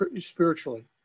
spiritually